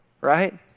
right